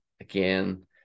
again